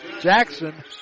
Jackson